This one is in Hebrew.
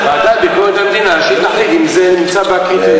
ועדת ביקורת המדינה שתחליט אם זה נמצא בקריטריונים,